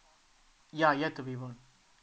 ya yet to be born